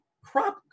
Crop